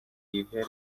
given